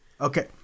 Okay